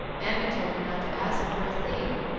mammy told me not to ask for a thing,